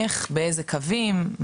איך ובאיזה קווים,